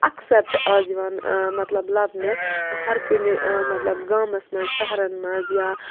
اکثر چھُ اَز یِوان مطلب لَبنہٕ ہر کُنہِ مطلب گامَس منٛز شہرَن منٛز یا